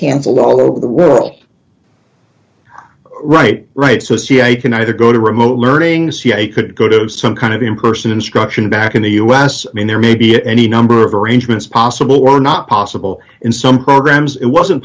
canceled all over the world right right so cia can either go to remote learning cia could go to some kind of in person instruction back in the us i mean there may be any number of arrangements possible or not possible in some programs it wasn't